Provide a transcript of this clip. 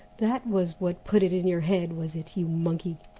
that was what put it in your head, was it, you monkey?